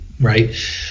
right